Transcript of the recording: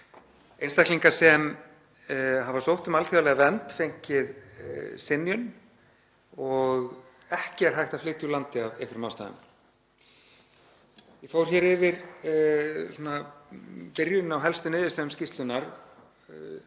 einstaklinga sem hafa sótt um alþjóðlega vernd, fengið synjun og ekki er hægt að flytja úr landi af einhverjum ástæðum. Ég fór yfir byrjun á helstu niðurstöðum skýrslunnar,